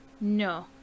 no